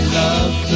love